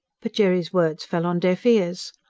but jerry's words fell on deaf ears.